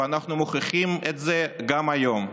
ואנחנו מוכיחים את זה גם היום,